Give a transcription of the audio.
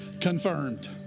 confirmed